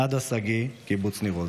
עדה שגיא, קיבוץ ניר עוז.